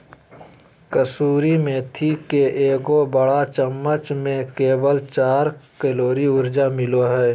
कसूरी मेथी के एगो बड़ चम्मच में केवल चार कैलोरी ऊर्जा मिलो हइ